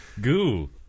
goo